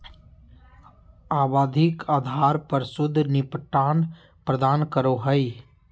आवधिक आधार पर शुद्ध निपटान प्रदान करो हइ